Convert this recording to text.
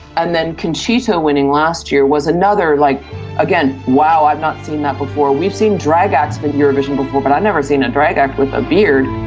and then conchita winning last year was another, like again, wow i've not seen that before. we've seen drag acts in eurovision before but i've never seen a drag act with a beard!